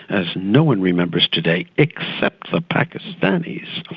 as no-one remembers today, except the pakistanis,